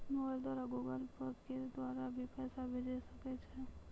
Mobile द्वारा Google Pay के द्वारा भी पैसा भेजै सकै छौ?